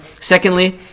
Secondly